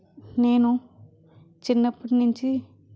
నేను చిన్నప్పటి నుంచి